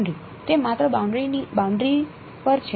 તે માત્ર બાઉન્ડરી પર છે